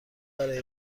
برای